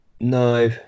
No